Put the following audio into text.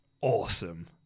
awesome